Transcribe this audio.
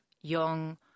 young